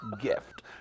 gift